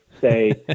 say